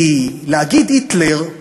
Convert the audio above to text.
כי להגיד: היטלר,